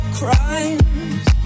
crimes